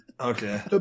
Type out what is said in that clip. Okay